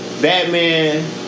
Batman